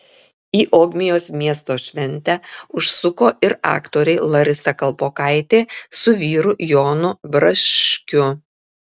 į ogmios miesto šventę užsuko ir aktoriai larisa kalpokaitė su vyru jonu braškiu